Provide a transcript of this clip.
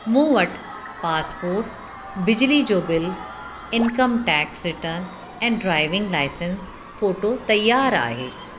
मूं वटि पासपोर्ट बिजली जो बिल इन्कम टैक्स रिटर्न ऐं ड्राइविंग लाइसेंस फोटो तयारु आहे